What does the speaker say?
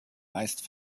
meist